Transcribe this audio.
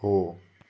हो